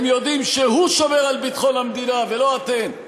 הם יודעים שהוא שומר על ביטחון המדינה ולא אתן.